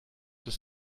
des